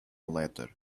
letter